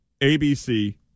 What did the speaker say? ABC